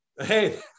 Hey